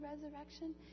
resurrection